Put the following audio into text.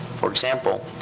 for example,